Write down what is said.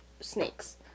snakes